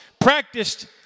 practiced